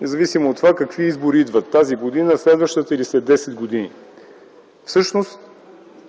независимо от това какви избори идват тази година, следващата или след десет години. Всъщност